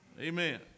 Amen